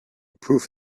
proof